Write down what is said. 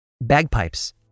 Bagpipes